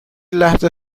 لحظه